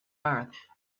earth